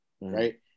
right